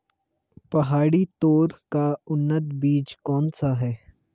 पहाड़ी तोर का उन्नत बीज कौन सा है?